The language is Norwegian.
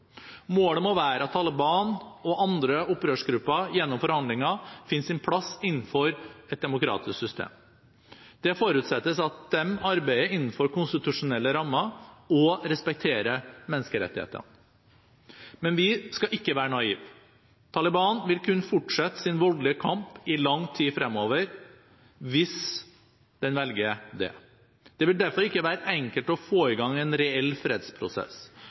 Målet må være at Taliban og andre opprørsgrupper gjennom forhandlinger finner sin plass innenfor et demokratisk system. Det forutsettes at de arbeider innenfor konstitusjonelle rammer og respekterer menneskerettighetene. Men vi skal ikke være naive. Taliban vil kunne fortsette sin voldelige kamp i lang tid fremover hvis den velger det. Det vil derfor ikke være enkelt å få i gang en reell fredsprosess,